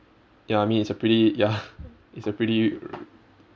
ya I mean it's a pretty ya it's a pretty